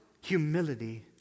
humility